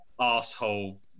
asshole